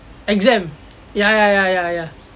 exam ya ya ya ya ya